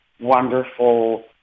wonderful